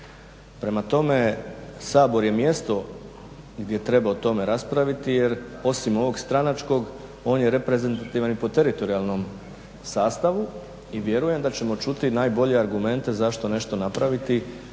Prema tome, Sabor je mjesto gdje treba o tome raspraviti jer osim ovog stranačkog on je reprezentativan i po teritorijalnom sastavu i vjerujem da ćemo čuti najbolje argumente zašto nešto napraviti,